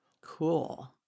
Cool